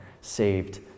saved